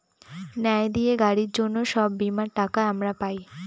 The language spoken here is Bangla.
ন্যায় দিয়ে গাড়ির জন্য সব বীমার টাকা আমরা পাই